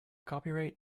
copyright